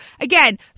again